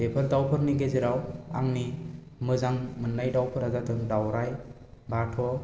बेफोर दावफोरनि गेजेराव आंनि मोजां मोननाय दावफोरा जादों दावराय बाथ'